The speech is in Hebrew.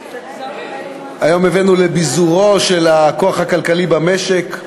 היום הבאנו לביזורו של הכוח הכלכלי במשק.